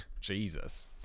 jesus